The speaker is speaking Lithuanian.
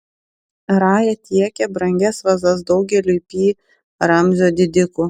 raja tiekė brangias vazas daugeliui pi ramzio didikų